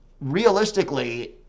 realistically